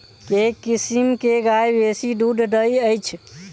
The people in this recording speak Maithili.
केँ किसिम केँ गाय बेसी दुध दइ अछि?